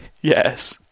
Yes